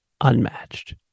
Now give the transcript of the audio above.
unmatched